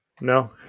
no